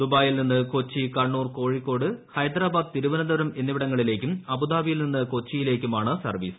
ദുബായിൽ നിന്ന് കൊച്ചി കണ്ണൂർ കോഴിക്കോട് ഹൈദരാബാദ് തിരുവനന്തപുരം എന്നിവിടങ്ങളിലേയ്ക്കും അബുദാബിയിൽ നിന്ന് കൊച്ചിയിലേക്കുമാണ് സർവീസ്